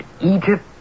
Egypt